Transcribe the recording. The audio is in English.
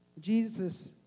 Jesus